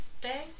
day